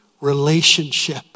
relationship